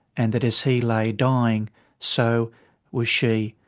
and that as he lay dying so was she.